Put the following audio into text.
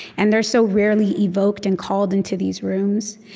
and they're so rarely evoked and called into these rooms